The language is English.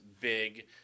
big